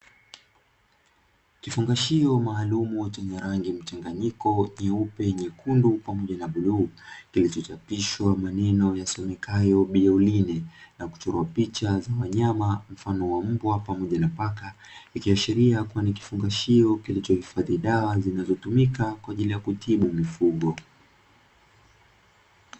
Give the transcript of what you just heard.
Kifungashio maalumu chenye rangi mchanganyiko nyeupe, nyekundu pamoja na bluu, kilichochapishwa maneno yasomekayo "biurine", na kuchorwa picha za wanyama mfano wa Mbwa pamoja na Paka, ikiashiria kuwa ni kifungashio kilichohifadhi dawa zinazotumika kwa ajili ya kutibu mifugo.